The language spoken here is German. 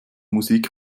musik